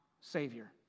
Savior